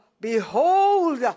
behold